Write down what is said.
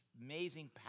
amazing